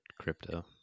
crypto